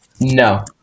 No